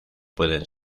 pueden